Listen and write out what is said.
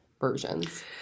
versions